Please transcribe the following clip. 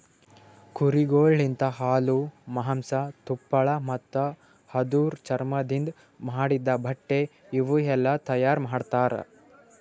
ಕುರಿಗೊಳ್ ಲಿಂತ ಹಾಲು, ಮಾಂಸ, ತುಪ್ಪಳ ಮತ್ತ ಅದುರ್ ಚರ್ಮದಿಂದ್ ಮಾಡಿದ್ದ ಬಟ್ಟೆ ಇವುಯೆಲ್ಲ ತೈಯಾರ್ ಮಾಡ್ತರ